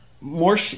More